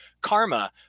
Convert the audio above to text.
karma